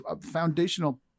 foundational